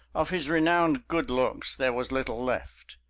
of his renowned good looks there was little left.